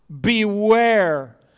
beware